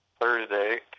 Thursday